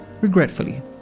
regretfully